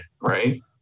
Right